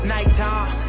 Nighttime